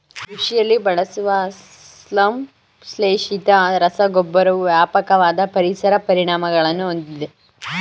ಕೃಷಿಯಲ್ಲಿ ಬಳಸುವ ಸಂಶ್ಲೇಷಿತ ರಸಗೊಬ್ಬರವು ವ್ಯಾಪಕವಾದ ಪರಿಸರ ಪರಿಣಾಮಗಳನ್ನು ಹೊಂದಿದೆ